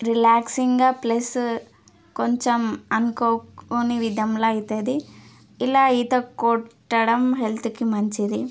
రిలాక్సింగ్గా plus కొంచెం అనుకొ కోని విధంలా అవుతుంది ఇలా ఈత కొట్టడం హెల్త్కి మంచిది